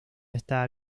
está